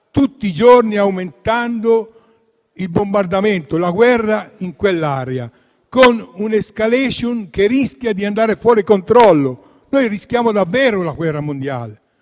tutti i giorni aumenta i bombardamenti e la guerra in quell'area, con un'*escalation* che rischia di andare fuori controllo. Rischiamo davvero la guerra mondiale,